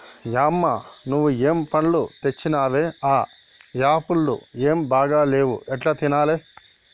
యమ్మ నువ్వు ఏం పండ్లు తెచ్చినవే ఆ యాపుళ్లు ఏం బాగా లేవు ఎట్లా తినాలే